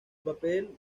papel